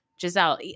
Giselle